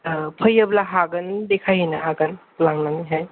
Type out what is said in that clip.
फैयोब्ला हागोन देखाय हैनो हागोन लांनानै हाय